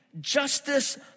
Justice